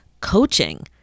coaching